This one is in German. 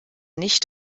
nicht